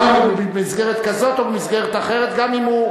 גם אם הוא במסגרת כזאת או במסגרת אחרת, גם אם הוא,